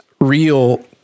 real